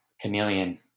chameleon